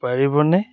পাৰিবনে